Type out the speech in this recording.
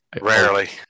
Rarely